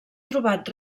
trobat